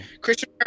christian